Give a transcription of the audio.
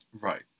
Right